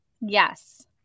Yes